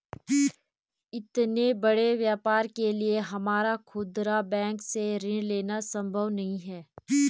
इतने बड़े व्यापार के लिए हमारा खुदरा बैंक से ऋण लेना सम्भव नहीं है